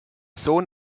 sohn